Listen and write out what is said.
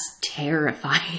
terrifying